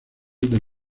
del